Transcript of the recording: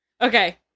Okay